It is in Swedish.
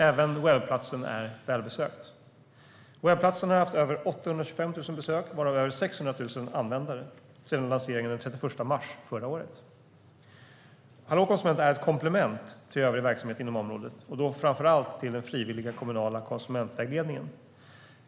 Även webbplatsen är välbesökt. Webbplatsen har haft över 825 000 besök, varav över 600 000 användare, sedan lanseringen den 31 mars förra året. Hallå konsument är ett komplement till övrig verksamhet inom området och då framför allt till den frivilliga kommunala konsumentvägledningen.